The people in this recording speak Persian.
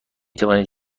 توانید